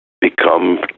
become